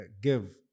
give